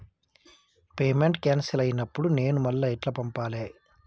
Payment cancel అయినపుడు నేను మళ్ళా ఎట్ల పంపాలే?